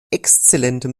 exzellentem